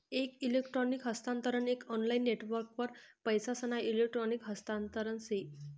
एक इलेक्ट्रॉनिक हस्तांतरण एक ऑनलाईन नेटवर्कवर पैसासना इलेक्ट्रॉनिक हस्तांतरण से